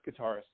guitarist